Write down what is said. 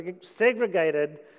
segregated